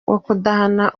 kudahana